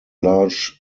large